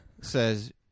says